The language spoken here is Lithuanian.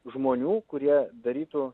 žmonių kurie darytų